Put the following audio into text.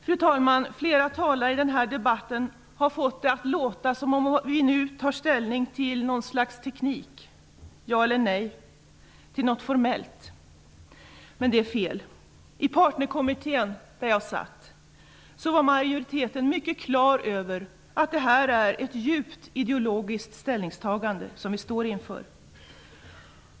Fru talman! Flera talare i debatten har fått det att låta som om vi nu tar ställning -- ja eller nej -- till något slags teknik, till något formellt. Men detta är fel. I Partnerskapskommittén, i vilken jag ingick, var majoriteten mycket klar över att det är ett djupt ideologiskt ställningstagande som vi står inför.